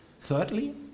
Thirdly